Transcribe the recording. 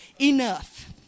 Enough